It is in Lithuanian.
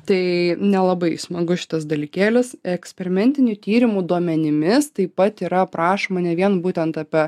tai nelabai smagu šitas dalykėlius eksperimentinių tyrimų duomenimis taip pat yra aprašoma ne vien būtent apie